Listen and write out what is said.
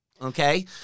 Okay